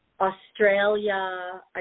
Australia